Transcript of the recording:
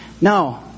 No